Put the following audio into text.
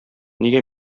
нигә